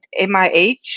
MIH